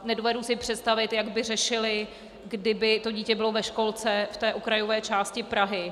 Nedovedu si představit, jak by řešili, kdyby dítě bylo ve školce v okrajové části Prahy.